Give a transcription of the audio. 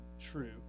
true